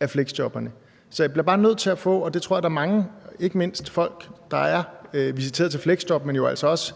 af fleksjobberne. Så jeg bliver bare nødt til at få at vide – og det tror jeg at der er mange, ikke mindst folk, der visiteret til fleksjob, men jo altså også